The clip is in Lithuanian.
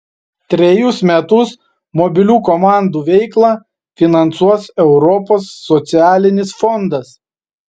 trejus metus mobilių komandų veiklą finansuos europos socialinis fondas